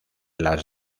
las